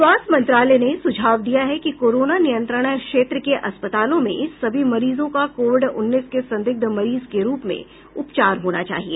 स्वास्थ्य मंत्रालय ने सुझाव दिया है कि कोरोना नियंत्रण क्षेत्र के अस्पतालों में सभी मरीजों का कोविड उन्नीस के संदिग्ध मरीज के रूप में उपचार होना चाहिए